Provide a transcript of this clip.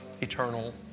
eternal